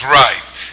right